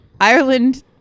Ireland